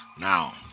now